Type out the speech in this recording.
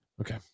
Okay